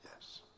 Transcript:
yes